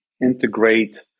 integrate